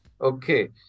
Okay